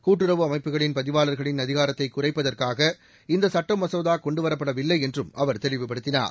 கூட்டுறவு அமைப்புகளின் பதிவாளர்களின் அதிகாரத்தை குறைப்பதற்காக இந்த சுட்ட மசோதா கொண்டுவரப்படவில்லை என்றும் அவர் தெளிவுபடுத்தினார்